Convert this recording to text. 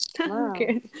Okay